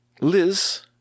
Liz